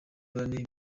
bane